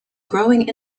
growing